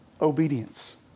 obedience